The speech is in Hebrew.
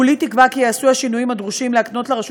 כולי תקווה כי ייעשו השינויים הדרושים להקנות לרשות